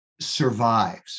survives